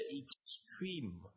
extreme